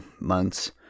months